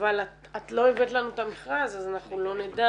אבל את לא הבאת לנו את המכרז אז אנחנו לא נדע.